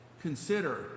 consider